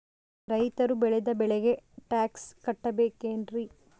ರೈತರು ಬೆಳೆದ ಬೆಳೆಗೆ ಟ್ಯಾಕ್ಸ್ ಕಟ್ಟಬೇಕೆನ್ರಿ?